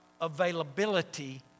availability